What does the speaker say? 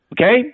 Okay